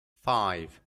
five